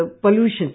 pollution